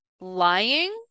lying